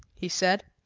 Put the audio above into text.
he said.